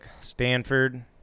Stanford